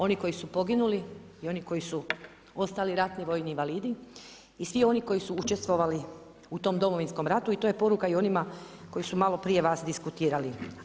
Oni koji su poginuli i oni koji su ostali ratni vojni invalidi i svi oni koji su učestvovali u tom Domovinskom ratu i to je poruka i onima koji su malo prije vas diskutirali.